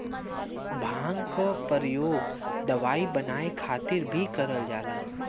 भांग क परयोग दवाई बनाये खातिर भीं करल जाला